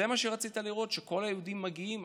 זה מה שרצית לראות, שכל היהודים מגיעים?